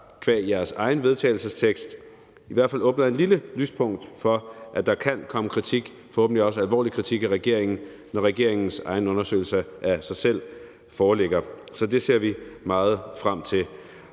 qua deres egen vedtagelsestekst i hvert falder åbner lidt op for, at der kan komme kritik – forhåbentlig også alvorlig kritik – af regeringen, når regeringens egen undersøgelse af sig selv foreligger. Så det ser vi meget frem til.